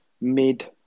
mid